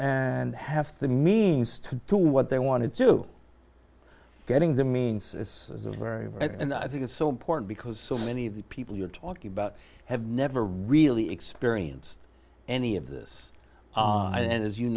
and have the means to do what they wanted to getting the means is very rare and i think it's so important because so many of the people you're talking about have never really experienced any of this and as you